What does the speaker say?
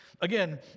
Again